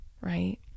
right